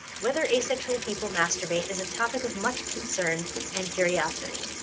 whether asexual people masturbate is a topic of much concern and curiosity.